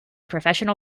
professional